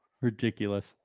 Ridiculous